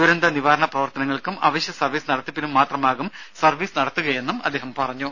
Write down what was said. ദുരന്തനിവാരണ പ്രവർത്തനക്കൾക്കും അവശ്യ സർവ്വീസ് നടത്തിപ്പിനുമായി മാത്രമാകും സർവ്വീസ് നടത്തുക എന്നും അദ്ദേഹം പറഞ്ഞു